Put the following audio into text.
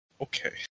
okay